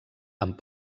amb